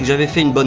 yeah everything but